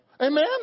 Amen